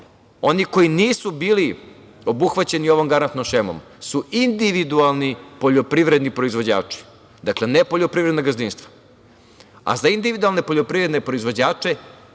koji nisu bili obuhvaćeni ovom garantnom šemom su individualni poljoprivredni proizvođači, dakle, ne poljoprivredna gazdinstva. Za individualne poljoprivredne proizvođače